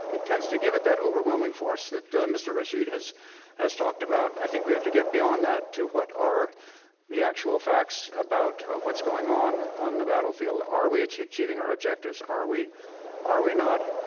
it tends to give it that overwhelming force that mr. rashid has has talked about. i think we have to get beyond that to what are the actual facts about what's going on on the battlefield. are we achieving our objectives? are we are we not?